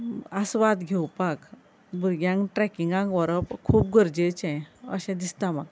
आस्वाद घेवपाक भुरग्यांक ट्रेकींगाक व्हरप खूब गरजेचें अशें दिसता म्हाका